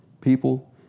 people